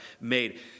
made